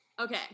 Okay